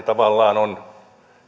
tavallaan on